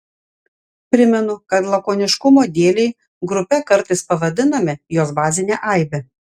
primenu kad lakoniškumo dėlei grupe kartais pavadiname jos bazinę aibę